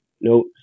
no